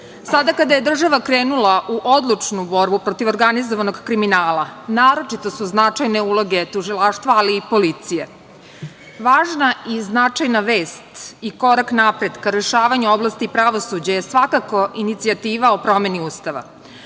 kada je država krenula u odlučnu borbu protiv organizovanog kriminala naročito su značajne uloge tužilaštva, ali i policije. Važna i značajna vest i korak napred ka rešavanju u oblasti pravosuđa je svakako inicijativa o promeni Ustava.